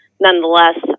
Nonetheless